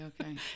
okay